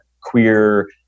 queer